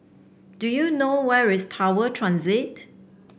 do you know where is Tower Transit